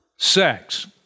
Sex